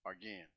again